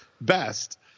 best